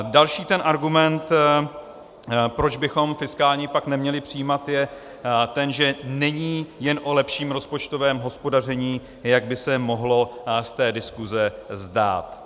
Další argument, proč bychom fiskální pakt neměli přijímat, je ten, že není jen o lepším rozpočtovém hospodaření, jak by se mohlo z té diskuse zdát.